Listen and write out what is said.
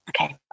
okay